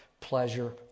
pleasure